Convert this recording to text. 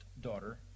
daughter